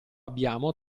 abbiamo